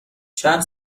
چند